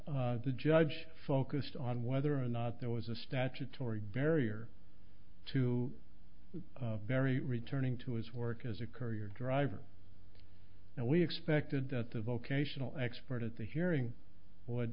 the judge focused on whether or not there was a statutory barrier to very returning to his work as a courier driver and we expected that the vocational expert at the hearing w